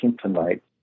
tonight